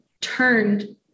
turned